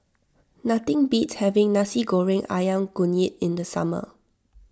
nothing beats having Nasi Goreng Ayam Kunyit in the summer